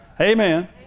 Amen